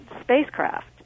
spacecraft